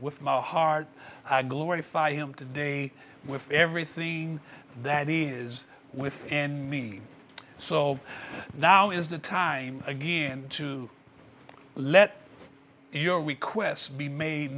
with my heart glorify him today with everything that is with and me so now is the time again to let your requests be made